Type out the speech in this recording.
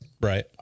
right